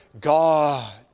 God